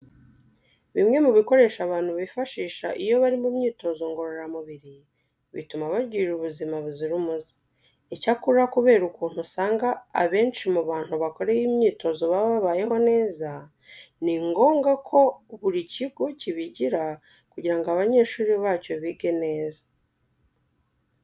Bimwe mu bikoresho abantu bifashisha iyo bari mu myitozo ngororamubiri bituma bagira ubuzima buzira umuze. Icyakora kubera ukuntu usanga abenshi mu bantu bakora iyi myitozo baba babayeho neza ni ngombwa ko buri kigo kibigira kugira ngo abanyeshuri bacyo bige neza.